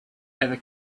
ever